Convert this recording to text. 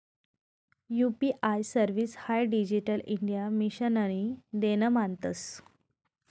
UPI service हाई digital India मिशननी देन मानतंस